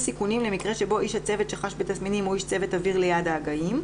צייתנים ובסך הכול רוצים להגן על עצמנו ועל זולתנו.